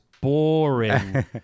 boring